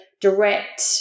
direct